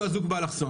הוא אזוק באלכסון.